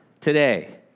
Today